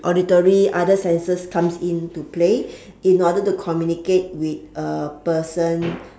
auditory other senses comes in to play in order to communicate with a person